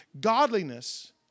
Godliness